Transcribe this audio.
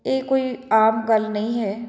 ਇਹ ਕੋਈ ਆਮ ਗੱਲ ਨਹੀਂ ਹੈ